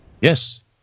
Yes